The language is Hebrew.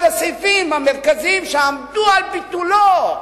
אחד הסעיפים המרכזיים שם, שעמדו על ביטולו,